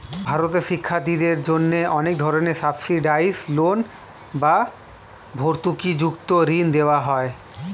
ভারতে শিক্ষার্থীদের জন্য অনেক ধরনের সাবসিডাইসড লোন বা ভর্তুকিযুক্ত ঋণ দেওয়া হয়